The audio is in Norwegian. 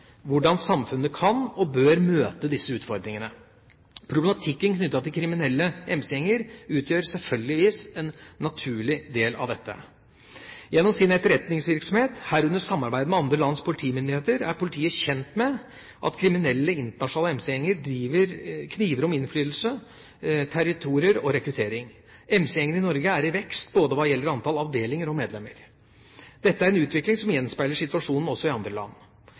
hvordan samfunnet kan og bør møte disse utfordringene. Problematikken knyttet til kriminelle MC-gjenger utgjør selvfølgelig en naturlig del av dette. Gjennom sin etterretningsvirksomhet, herunder samarbeidet med andre lands politimyndigheter, er politiet kjent med at kriminelle, internasjonale MC-gjenger kniver om innflytelse, territorier og rekruttering. MC-gjengene i Norge er i vekst både hva gjelder antall avdelinger og medlemmer. Dette er en utvikling som gjenspeiler situasjonen også i andre land.